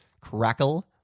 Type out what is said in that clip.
crackle